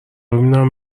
ببینم